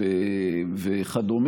לפי רצונם וקבל את התרופה שרשם הרופא במרשם